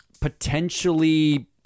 potentially